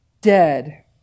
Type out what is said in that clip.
dead